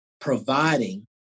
providing